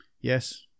Yes